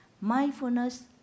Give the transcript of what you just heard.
Mindfulness